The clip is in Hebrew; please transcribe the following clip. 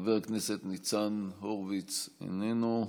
חבר הכנסת ניצן הורוביץ, איננו,